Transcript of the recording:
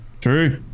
True